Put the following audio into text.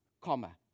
comma